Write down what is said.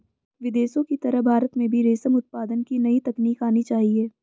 विदेशों की तरह भारत में भी रेशम उत्पादन की नई तकनीक आनी चाहिए